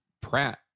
pratt